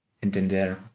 entender